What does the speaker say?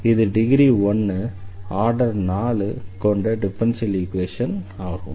இது degree 1 order 4 கொண்ட differential equation ஆகும்